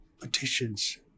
petitions